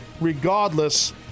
Regardless